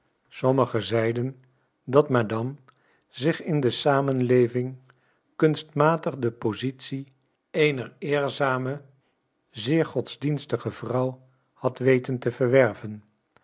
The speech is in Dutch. sommigen zeiden dat madame zich in de samenleving kunstmatig de positie eener eerzame zeer godsdienstige vrouw had weten te verwerven